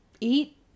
Eat